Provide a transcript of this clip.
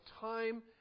time